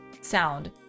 sound